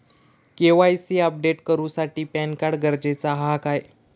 KYC update करूसाठी PAN card गरजेचा हा काय?